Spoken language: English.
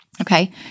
okay